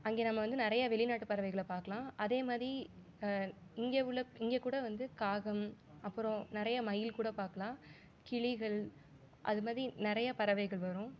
அங்கே நம்ம வந்து நிறையா வெளிநாட்டு பறவைகளை பார்க்கலாம் அதேமாதிரி இங்கே உள்ள இங்கே கூட வந்து காகம் அப்புறோம் நிறையா மயில் கூட பார்க்கலாம் கிளிகள் அதுமாதிரி நிறைய பறவைகள் வரும்